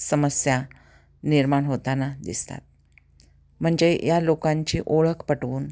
समस्या निर्माण होताना दिसतात म्हणजे या लोकांची ओळख पटवून